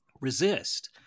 resist